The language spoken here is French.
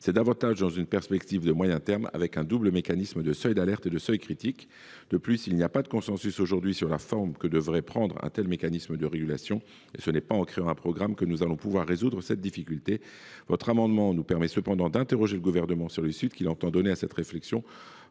c’est davantage dans une perspective de moyen terme, au travers d’un double mécanisme de seuil d’alerte et de seuil critique. De plus, il n’existe aujourd’hui aucun consensus sur la forme que devrait prendre un tel mécanisme de régulation, et ce n’est pas en créant un programme que nous allons pouvoir résoudre cette difficulté. Votre amendement nous permet cependant d’interroger le Gouvernement sur les suites qu’il entend donner à cette réflexion.